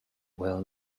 well